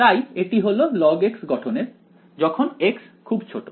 তাই এটি হলো log গঠনের যখন x খুব ছোট